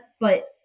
But-